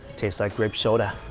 tastes like grape soda.